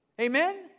Amen